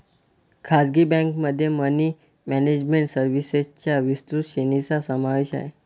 खासगी बँकेमध्ये money management सर्व्हिसेसच्या विस्तृत श्रेणीचा समावेश आहे